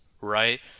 Right